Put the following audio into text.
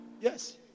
yes